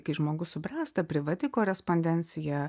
kai žmogus subręsta privati korespondencija